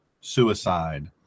suicide